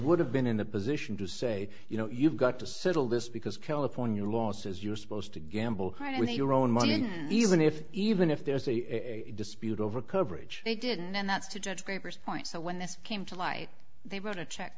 would have been in the position to say you know you've got to settle this because california law says you're supposed to gamble with your own money even if even if there's a dispute over coverage they didn't and that's to judge papers point so when this came to light they wrote a check